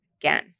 again